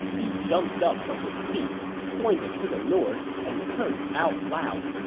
he jumped up from his seat, pointed to the north, and cursed out loud,